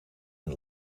een